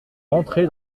rentrer